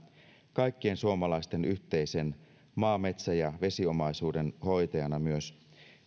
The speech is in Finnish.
kaikkien suomalaisten yhteisen maa metsä ja vesiomaisuuden hoitajana myös